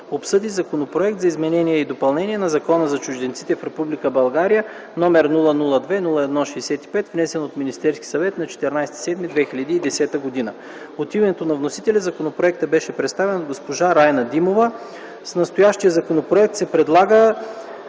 обсъди Законопроект за изменение и допълнение на Закона за чужденците в Република България, № 002-01-65, внесен от Министерския съвет на 14 юли 2010 г. От името на вносителя законопроектът беше представен от госпожа Райна Димова. С настоящия законопроект се предлага